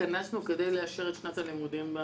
התכנסנו כדי לאשר את שנת הלימודים.